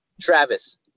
Travis